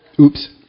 Oops